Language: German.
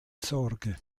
sorge